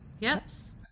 Yes